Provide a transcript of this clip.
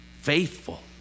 faithful